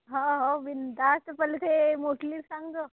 हा हो बिनधास्त बोल रे मोकलीक सांग